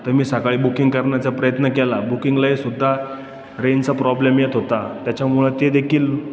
तर मी सकाळी बुकिंग करण्याचा प्रयत्न केला बुकिंगला सुद्धा रेनचा प्रॉब्लेम येत होता त्याच्यामुळं ते देखील